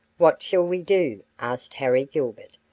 what shall we do? asked harry gilbert,